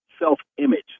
self-image